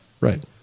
Right